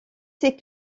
ces